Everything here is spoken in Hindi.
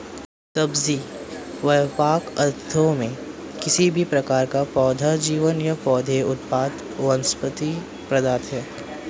सब्जी, व्यापक अर्थों में, किसी भी प्रकार का पौधा जीवन या पौधे उत्पाद वनस्पति पदार्थ है